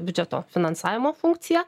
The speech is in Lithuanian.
biudžeto finansavimo funkciją